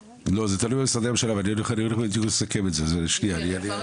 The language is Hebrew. לא, זה תלוי במשרדי הממשלה, אני אסכם את זה, שניה.